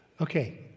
Okay